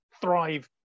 thrive